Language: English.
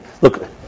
Look